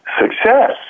success